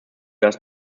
does